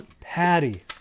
Patty